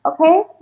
okay